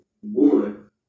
one